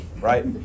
right